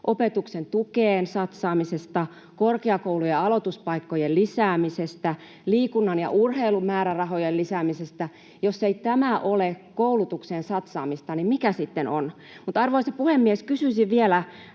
opetuksen tukeen satsaamisesta, korkeakoulujen aloituspaikkojen lisäämisestä, liikunnan ja urheilun määrärahojen lisäämisestä. Jos tämä ei ole koulutukseen satsaamista, niin mikä sitten on? Arvoisa puhemies! Kysyisin vielä